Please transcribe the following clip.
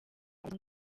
gutya